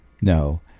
No